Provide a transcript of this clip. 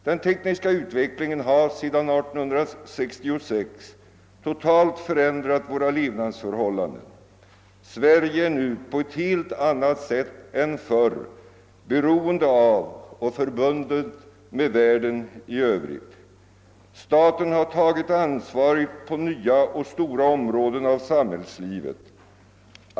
Den tekniska utvecklingen sedan 1866 har totalt förändrat våra levnadsförhållanden. Sverige är nu på ett helt annat sätt än förr beroende av och förbundet med världen i stort. Staten har tagit ansvaret på nya och stora områden av samhällslivet.